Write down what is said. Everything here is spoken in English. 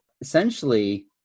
essentially